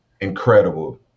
incredible